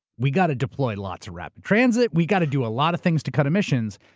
we gotta deploy lots of rapid transit, we gotta do a lot of things to cut emissions,